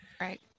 Right